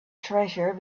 treasure